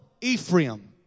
Ephraim